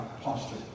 posture